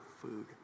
food